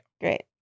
Great